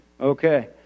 Okay